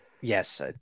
Yes